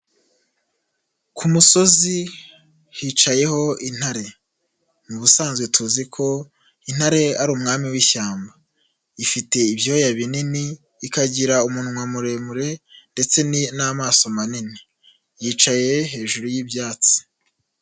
Ku musozi hicayeho intare, mu busanzwe tuzi ko intare ari umwami w'ishyamba, ifite ibyoya binini, ikagira umunwa muremure, ndetse n'amaso manini, yicaye hejuru y'ibyatsi